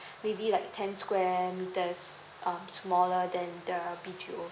maybe like ten square metres um smaller than B_T_O